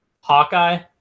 Hawkeye